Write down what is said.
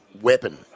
weapon